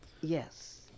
Yes